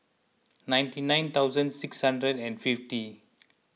ninety nine thousand six hundred and fifty